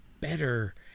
better